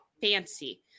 Fancy